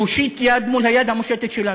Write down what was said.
להושיט יד מול היד המושטת שלנו,